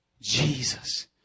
Jesus